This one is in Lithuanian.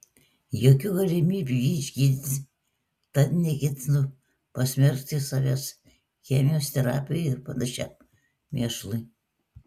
jokių galimybių jį išgydyti tad neketinu pasmerkti savęs chemijos terapijai ir panašiam mėšlui